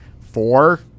four